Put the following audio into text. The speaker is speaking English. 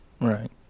right